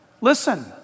Listen